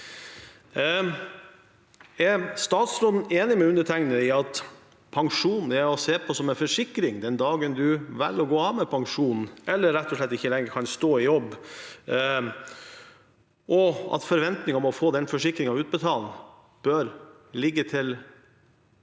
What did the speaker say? Er statsråden enig med undertegnede i at pensjon er å se på som en forsikring den dagen du velger å gå av med pensjon, eller rett og slett ikke lenger kan stå i jobb, og at forventningen om å få den forsikringen utbetalt bør ligge til